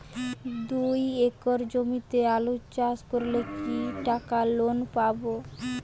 দুই একর জমিতে আলু চাষ করলে কি টাকা লোন পাবো?